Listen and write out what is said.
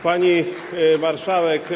Pani Marszałek!